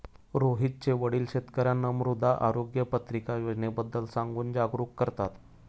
रोहितचे वडील शेतकर्यांना मृदा आरोग्य पत्रिका योजनेबद्दल सांगून जागरूक करतात